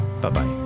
Bye-bye